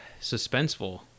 suspenseful